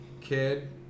kid